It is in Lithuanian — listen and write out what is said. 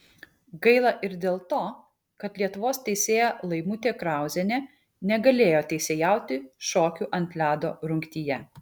gaila ir dėl to kad lietuvos teisėja laimutė krauzienė negalėjo teisėjauti šokių ant ledo rungtyje